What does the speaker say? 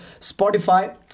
Spotify